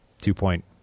two-point